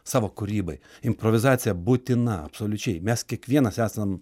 savo kūrybai improvizacija būtina absoliučiai mes kiekvienas esam